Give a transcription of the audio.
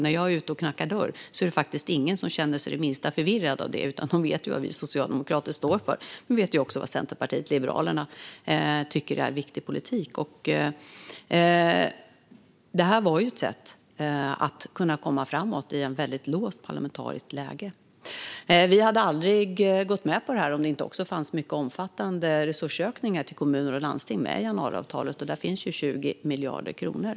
När jag är ute och knackar dörr är det ingen som känner sig det minsta förvirrad av det, för de vet vad Socialdemokraterna står för. De vet också vad Centerpartiet och Liberalerna tycker är viktig politik. Det här var ett sätt att komma framåt i ett låst parlamentariskt läge. Vi hade aldrig gått med på detta om det inte också fanns mycket omfattande resursökningar till kommuner och landsting med i januariavtalet, och där finns 20 miljarder kronor.